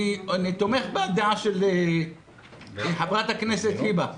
אני תומך בדעה של חברת הכנסת היבה יזבק.